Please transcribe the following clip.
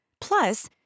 Plus